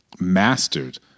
mastered